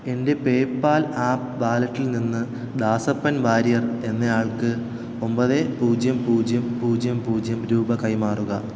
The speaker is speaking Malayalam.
എന്റെ പേപ്പാൽ ആപ്പ് വാലറ്റിൽ നിന്ന് ദാസപ്പൻ വാര്യർ എന്നയാൾക്ക് ഒമ്പത് പൂജ്യം പൂജ്യം പൂജ്യം പൂജ്യം രൂപ കൈമാറുക